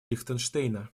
лихтенштейна